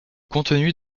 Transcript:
contenu